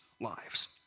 lives